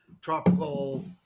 tropical